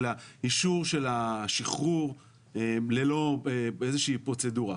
אישור שחרור ללא כל איזו שהיא פרוצדורה.